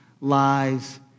lies